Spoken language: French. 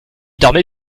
dormez